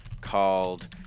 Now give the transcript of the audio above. called